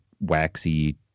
waxy